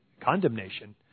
Condemnation